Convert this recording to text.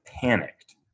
panicked